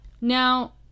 now